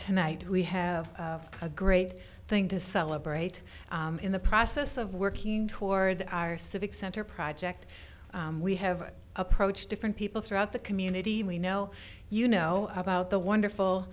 tonight we have a great thing to celebrate in the process of working toward our civic center project we have approached different people throughout the community we know you know about the wonderful